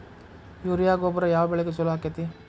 Urea ಗೊಬ್ಬರ ಯಾವ ಬೆಳಿಗೆ ಛಲೋ ಆಕ್ಕೆತಿ?